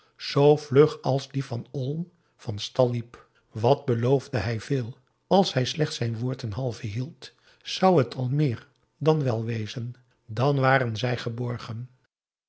zoo vlug als die van olm van stal liep wat beloofde hij veel als hij slechts zijn woord ten halve hield zou het al meer dan wèl wezen dan waren zij geborgen